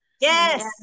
Yes